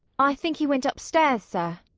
i think he went upstairs, sir.